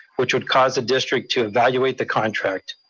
which would cause the district to evaluate the contract.